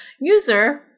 User